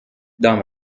dans